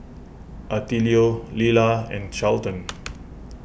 Attilio Lelah and Charlton